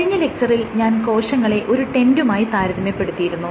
കഴിഞ്ഞ ലെക്ച്ചറിൽ ഞാൻ കോശങ്ങളെ ഒരു ടെന്റുമായി താരതമ്യപ്പെടുത്തിയിരുന്നു